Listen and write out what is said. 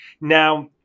Now